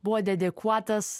buvo dedikuotas